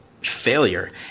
failure